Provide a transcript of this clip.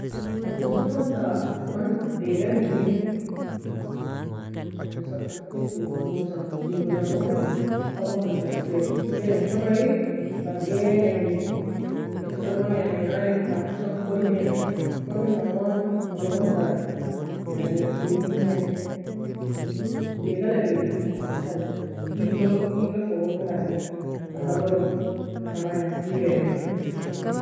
محمصة ekon mn ta daye galag eli محمصة ga gokirosa, juogra angokani, fa kabaka eskair, wida in kaba fa giala angi, eska adem fa hussan kormi, kormi kan goon ta محمصة لذيذة eage log shogol mou كهرباء ya